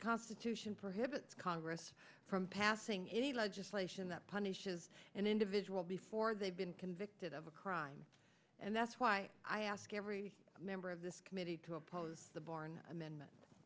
constitution prohibits congress from passing in the legislation that punishes an individual before they've been convicted of a crime and that's why i ask every member of this committee to oppose the barn amendment